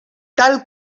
tal